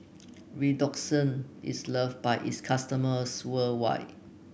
Redoxon is loved by its customers worldwide